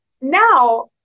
now